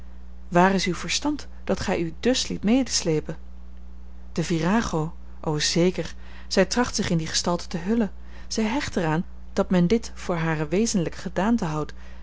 waar is uw verstand dat gij u dùs liet medesleepen de virago o zeker zij tracht zich in die gestalte te hullen zij hecht er aan dat men dit voor hare wezenlijke gedaante houdt